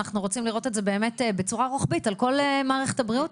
ואנחנו רוצים לראות את זה בצורה רוחבית על כל מערכת הבריאות.